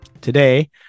Today